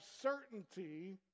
certainty